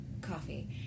Coffee